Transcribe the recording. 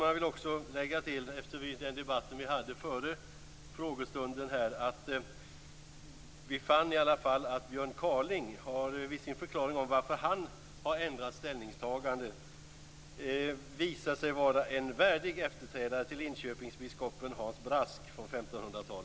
Jag vill lägga till, efter den debatt vi hade före frågestunden, att vi fann att Björn Kaaling vid sin förklaring till varför han har ändrat sitt ställningstagande visat sig vara en värdig efterträdare till